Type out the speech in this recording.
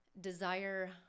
desire